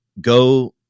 go